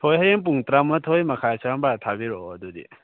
ꯍꯣꯏ ꯍꯌꯦꯡ ꯄꯨꯡ ꯇꯔꯥꯃꯥꯊꯣꯏ ꯃꯈꯥꯏ ꯁ꯭ꯋꯥꯏ ꯃꯄꯥꯗ ꯊꯥꯕꯤꯔꯛꯑꯣ ꯑꯗꯨꯗꯤ